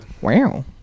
Wow